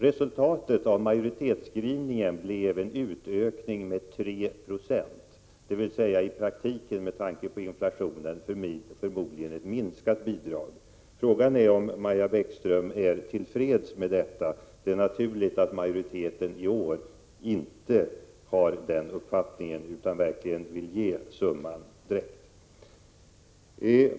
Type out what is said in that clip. Resultatet av majoritetsskrivningen blev en utökning med 3 96, dvs. i praktiken med tanke på inflationen förmodligen ett minskat bidrag. Frågan är om Maja Bäckström är tillfreds med det. Det är naturligt att majoriteten i år inte är det utan verkligen vill ge Drottningholmsteatern summan direkt.